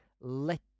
Let